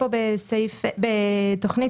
בסופו של דבר יש פרויקטים שיכולים להיות מיידיים.